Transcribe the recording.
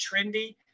trendy